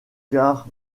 car